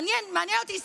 מעניין, מעניין אותי.